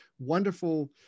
Wonderful